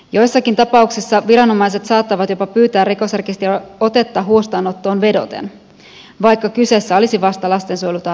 joissakin tapauksissa viranomaiset saattavat jopa pyytää rikosrekisteriotetta huostaanottoon vedoten vaikka kyseessä olisi vasta lastensuojelutarpeen selvitys